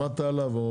שמעתי עליו.